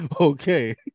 Okay